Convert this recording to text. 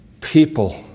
people